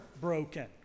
broken